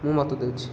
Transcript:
ମୁଁ ମତ ଦେଉଛି